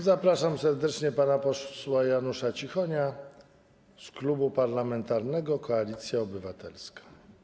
Zapraszam serdecznie pana posła Janusza Cichonia z Klubu Parlamentarnego Koalicja Obywatelska.